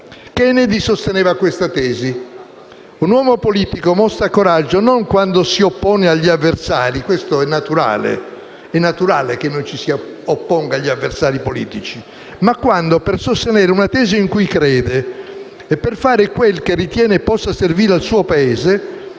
Kennedy sosteneva questa tesi: un uomo politico mostra coraggio non quando si oppone agli avversari (perché è naturale che ci si opponga agli avversari politici), ma quando, per sostenere una tesi in cui crede e per fare quel che ritiene possa servire al suo Paese,